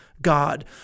God